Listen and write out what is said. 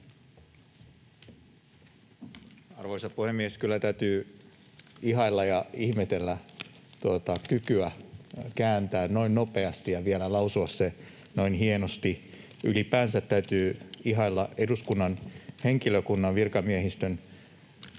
Arvoisa puhemies! Kyllä täytyy ihailla ja ihmetellä tuota kykyä kääntää noin nopeasti ja vielä lausua se noin hienosti. Ylipäänsä täytyy ihailla eduskunnan henkilökunnan, virkamiehistön